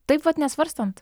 taip vat nesvarstant